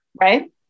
right